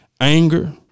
anger